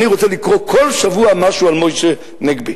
אני רוצה לקרוא כל שבוע משהו על משה נגבי,